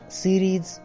series